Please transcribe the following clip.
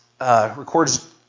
records